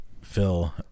Phil